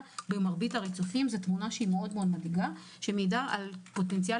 במרבית הריצופים זאת תמונה מאוד מדאיגה שמעידה על פוטנציאל